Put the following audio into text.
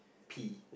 P